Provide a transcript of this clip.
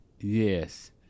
Yes